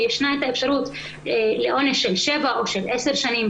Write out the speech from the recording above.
ויש אפשרות לעונש של שבע או של עשר שנים,